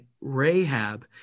Rahab